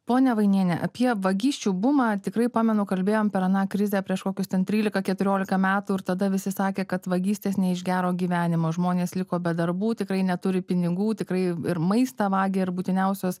ponia vainiene apie vagysčių bumą tikrai pamenu kalbėjom per aną krizę prieš kokius ten trylika keturiolika metų ir tada visi sakė kad vagystės ne iš gero gyvenimo žmonės liko be darbų tikrai neturi pinigų tikrai ir maistą vagia ir būtiniausios